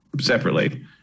separately